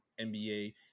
nba